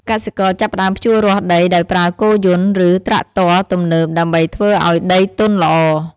កសិករចាប់ផ្តើមភ្ជួររាស់ដីដោយប្រើគោយន្តឬត្រាក់ទ័រទំនើបដើម្បីធ្វើឱ្យដីទន់ល្អ។